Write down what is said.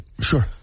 Sure